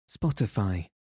Spotify